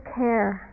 care